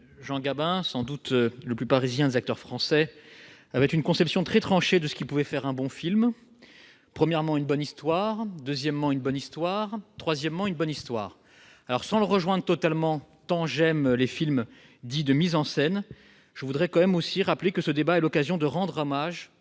Jean Gabin, sans doute le plus parisien des acteurs français, avait une conception très tranchée de ce qui pouvait faire un bon film : premièrement, une bonne histoire ; deuxièmement, une bonne histoire ; troisièmement, une bonne histoire. Sans le rejoindre totalement, tant j'aime les films dits « de mise en scène », je voudrais tout de même que ce débat soit l'occasion de rendre hommage